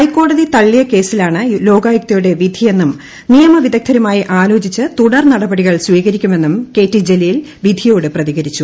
ഹൈക്കോടതി തള്ളിയ കേസിലാണ് ലോകായുക്തയുടെ വിധിയെന്നും നിയമവിദഗ്ധരുമായി ആലോചിച്ച് തുടർ നടപടികൾ സ്വീകരിക്കുമെന്നും കെ ടി ജലീൽ വിധിയോട് പ്രതികരിച്ചു